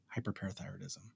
hyperparathyroidism